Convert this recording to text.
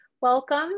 welcome